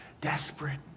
desperate